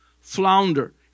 flounder